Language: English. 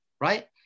right